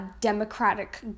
democratic